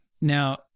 Now